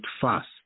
fast